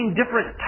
different